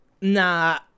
Nah